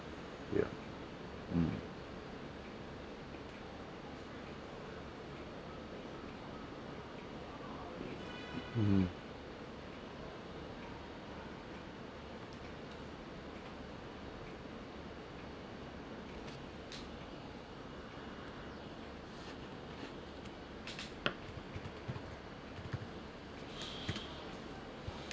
ya mm mmhmm